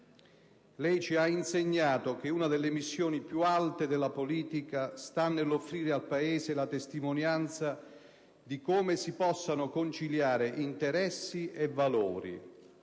Lei ci ha insegnato che una delle missioni più alte della politica sta nell'offrire al Paese la testimonianza di come si possano conciliare interessi e valori,